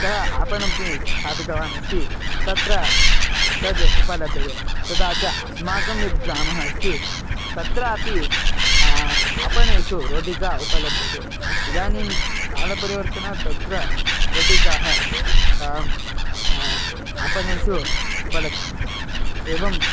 सः आपणमपि स्थापितवान् अस्ति तत्र तद् उपलभ्यते तथा च अस्माकं यः ग्रामः अस्ति तत्रापि आपणेषु रोटिका उपलभ्यते इदानीं कालपरिवर्तनात् तत्र रोटिकाः आपणेषु उपलभ्यन्ते एवं